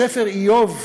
בספר איוב,